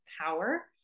power